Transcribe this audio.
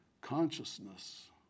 Consciousness